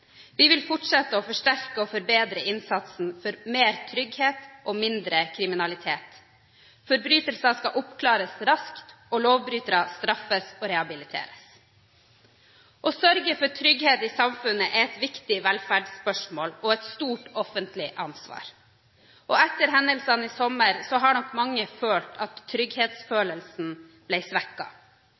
Vi vil fortsette å forsterke og forbedre innsatsen for mer trygghet og mindre kriminalitet. Forbrytelser skal oppklares raskt og lovbrytere straffes og rehabiliteres. Å sørge for trygghet i samfunnet er et viktig velferdsspørsmål og et stort offentlig ansvar. Etter hendelsene i sommer har nok mange følt at trygghetsfølelsen